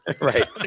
Right